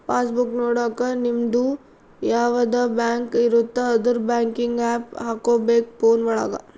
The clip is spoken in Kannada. ಪಾಸ್ ಬುಕ್ ನೊಡಕ ನಿಮ್ಡು ಯಾವದ ಬ್ಯಾಂಕ್ ಇರುತ್ತ ಅದುರ್ ಬ್ಯಾಂಕಿಂಗ್ ಆಪ್ ಹಕೋಬೇಕ್ ಫೋನ್ ಒಳಗ